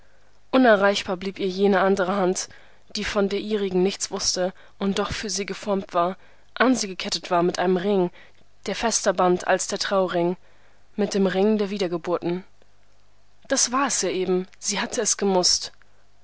unerreichbar blieb ihr jene andere hand die von der ihrigen nichts wußte und doch für sie geformt war an sie gekettet war mit einem ring der fester band als der trauring mit dem ring der wiedergeburten das war es ja eben sie hatte gemußt